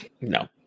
No